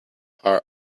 are